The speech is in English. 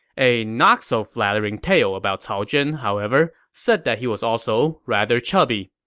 a not so flattering tale about cao zhen, however, said that he was also rather chubby.